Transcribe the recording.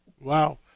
Wow